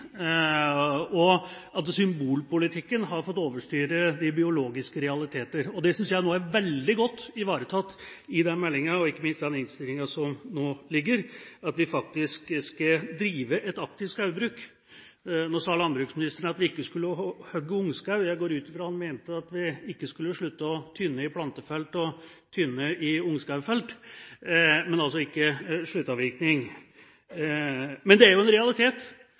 god latin; symbolpolitikken har fått overstyre de biologiske realiteter. Det at vi faktisk skal drive et aktivt skogbruk, synes jeg nå er veldig godt ivaretatt i den meldingen og ikke minst i den innstillingen som nå foreligger. Nå sa landbruksministeren at vi ikke skulle hogge ungskog. Jeg går ut fra at han ikke mente at vi skulle slutte å tynne i plantefelt og tynne i ungskogfelt – men altså ikke sluttavvirkning. Men det er en realitet